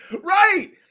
right